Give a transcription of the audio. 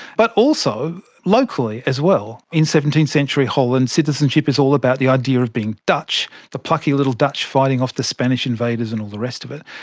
but also locally as well in seventeenth century holland, citizenship is all about the idea of being dutch, the plucky little dutch fighting off the spanish invaders and all the rest of it.